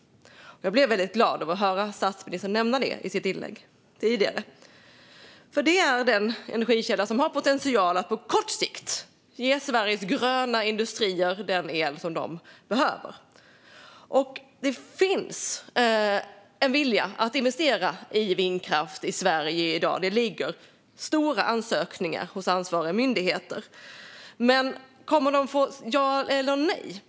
Jag blev väldigt glad av att höra statsministern nämna det i sitt inlägg tidigare, för det är den energikälla som har potential att på kort sikt ge Sveriges gröna industrier den el de behöver. Det finns en vilja att investera i vindkraft i Sverige i dag - det ligger stora ansökningar hos ansvariga myndigheter. Men kommer de att få ja eller nej?